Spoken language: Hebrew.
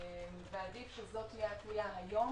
עדיף שזאת תהיה הקריאה היום